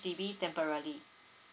D_B temporary